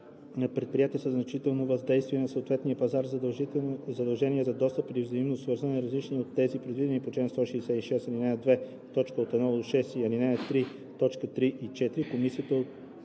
на предприятията със значително въздействие на съответен пазар задължения за достъп или взаимно свързване, различни от тези, предвидени в чл. 166, ал.